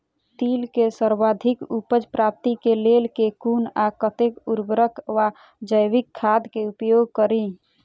तिल केँ सर्वाधिक उपज प्राप्ति केँ लेल केँ कुन आ कतेक उर्वरक वा जैविक खाद केँ उपयोग करि?